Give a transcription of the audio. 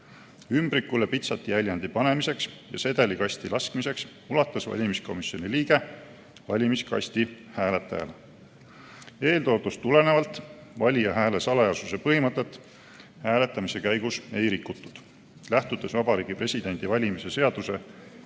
Ümbrikule pitsatijäljendi panemiseks ja sedeli kasti laskmiseks ulatas valimiskomisjoni liige valimiskasti hääletajale. Eeltoodust tulenevalt valija hääle salajasuse põhimõtet hääletamise käigus ei rikutud. Lähtudes Vabariigi Presidendi valimise seaduse